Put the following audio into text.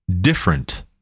different